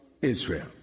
Israel